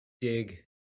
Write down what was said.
dig